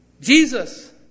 Jesus